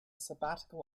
sabbatical